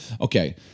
okay